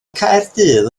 caerdydd